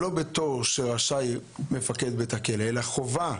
לא שמפקד הכלא יהיה רשאי אלא זאת תהיה חובתו.